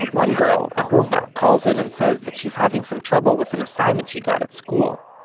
one girl, ahuva, calls in and says that she's having some trouble with an assignment she got at school.